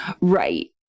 right